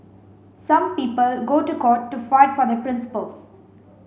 some people go to court to fight for their principles